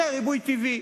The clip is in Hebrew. זה ריבוי טבעי.